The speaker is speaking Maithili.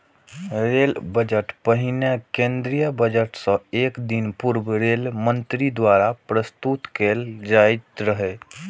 रेल बजट पहिने केंद्रीय बजट सं एक दिन पूर्व रेल मंत्री द्वारा प्रस्तुत कैल जाइत रहै